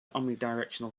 omnidirectional